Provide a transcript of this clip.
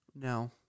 No